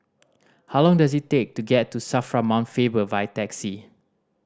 how long does it take to get to SAFRA Mount Faber by taxi